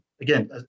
again